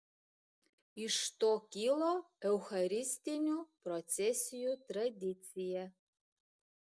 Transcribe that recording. iš to kilo eucharistinių procesijų tradicija